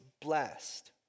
blessed